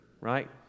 right